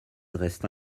reste